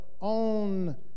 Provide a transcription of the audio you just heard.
own